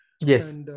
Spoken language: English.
yes